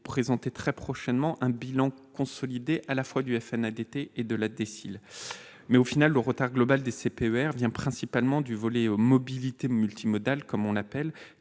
présenter très prochainement un bilan consolidé à la fois du FNADT et de la DSIL. Au final, le retard global des CPER vient principalement du volet « mobilité multimodale », qui pèse